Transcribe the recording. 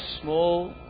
small